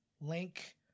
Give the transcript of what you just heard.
Link